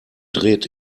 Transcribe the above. dreht